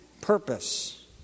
purpose